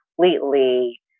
completely